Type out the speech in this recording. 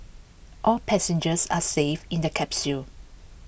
all passengers are safe in the capsule